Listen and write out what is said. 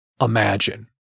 imagine